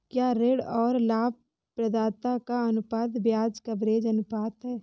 क्या ऋण और लाभप्रदाता का अनुपात ब्याज कवरेज अनुपात है?